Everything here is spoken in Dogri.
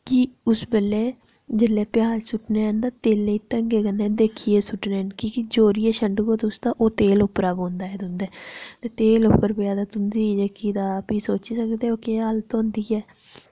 कि उस बेल्लै जेल्लै प्याज सुट्टने ते तेले ई ढंगै कन्नै दिक्खियै सुट्टने की कि जोरियै छंडगे तुस तां ओह् तेल उप्परा पोंदा ऐ तुंदे ते तेल उप्पर पेआ ते तुंदी जेह्की तां फ्ही सोची सकदे ओह् केह् हालत होंदी ऐ